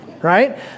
Right